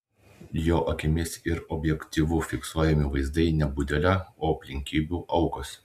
jo akimis ir objektyvu fiksuojami vaizdai ne budelio o aplinkybių aukos